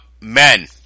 men